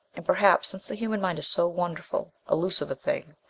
and perhaps since the human mind is so wonderful, elusive a thing,